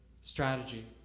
strategy